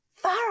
Far